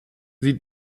sie